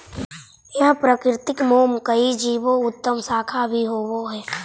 यह प्राकृतिक मोम कई जीवो का उत्तम खाद्य भी हई